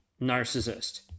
narcissist